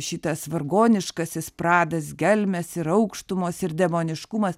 šitas vargoniškasis pradas gelmės ir aukštumos ir demoniškumas